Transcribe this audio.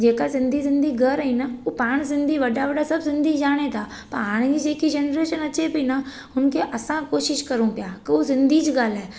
जेका सिंधी सिंधी घर आहिनि न उहे पाण सिंधी वॾा वॾा सभु सिंधी ॼाणनि था पर हाणे जी जेकी जनरेशन अचे पई न हुनखे असां कोशिशि करूं पिया के उहो सिंधीच ॻाल्हाए पिणु